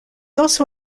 also